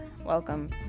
welcome